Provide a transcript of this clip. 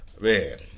Man